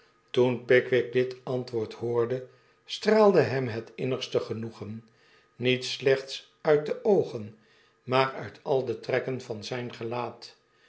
toen pickwick dit antwoord hoorde straalde hem het innigste genoegen niet slechts uit de oogen maar uit al de trekken van zyngelaat